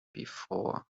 before